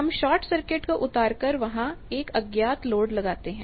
हम short circuit को उतारकर वहां एक अज्ञात लोड लगाते हैं